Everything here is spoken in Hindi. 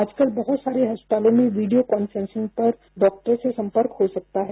आजकल बहुत सारे अस्पतालों में वीडियो कान्फ्रेंसिंग पर डॉक्टर से संपर्क हो सकता है